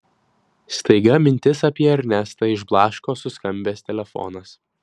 staiga mintis apie ernestą išblaško suskambęs telefonas